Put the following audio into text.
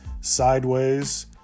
Sideways